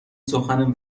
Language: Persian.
سخن